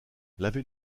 laver